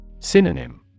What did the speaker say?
Synonym